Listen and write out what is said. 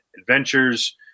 adventures